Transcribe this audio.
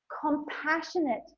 compassionate